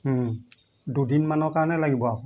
দুদিনমানৰ কাৰণে লাগিব আকৌ